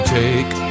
take